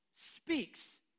speaks